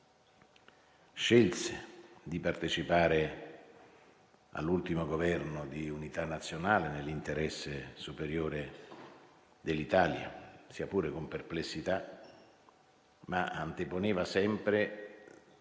scelse di partecipare all'ultimo Governo di unità nazionale nell'interesse superiore dell'Italia, sia pure con perplessità. Anteponeva sempre,